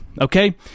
okay